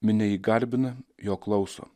minia jį garbina jo klauso